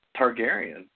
Targaryen